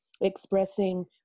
expressing